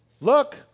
Look